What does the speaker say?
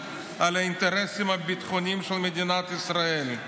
על האינטרסים הביטחוניים של מדינת ישראל,